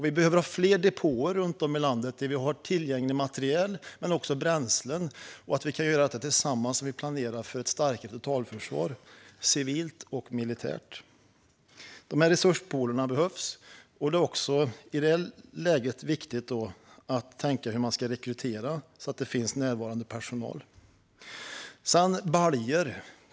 Vi behöver ha fler depåer runt om i landet där vi har tillgänglig materiel men också bränsle. Vi kan göra detta tillsammans om vi planerar för ett starkare totalförsvar civilt och militärt. Resurspoolerna behövs, och det är viktigt att tänka på hur man ska rekrytera så att det finns närvarande personal.